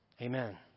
Amen